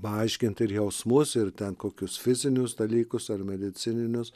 paaiškinti ir jausmus ir ten kokius fizinius dalykus ar medicininius